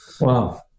Wow